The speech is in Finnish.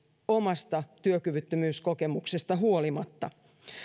omasta työkyvyttömyyskokemuksesta huolimatta